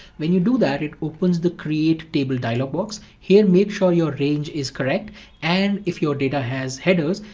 when you do that, it opens the create table dialog box. here, make sure your range is correct and if your data has headers,